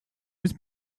was